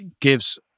gives